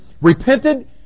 repented